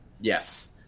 Yes